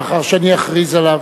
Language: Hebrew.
לאחר שאני אכריז עליו.